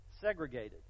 segregated